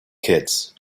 kids